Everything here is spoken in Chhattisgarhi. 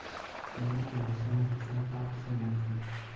गरमी के मौसम मा किसान का फसल बोथे?